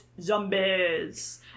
zombies